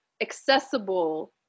accessible